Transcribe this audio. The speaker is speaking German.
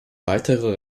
weitere